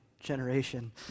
generation